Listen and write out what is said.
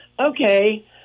okay